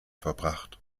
verbracht